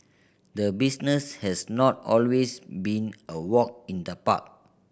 the business has not always been a walk in the park